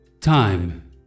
Time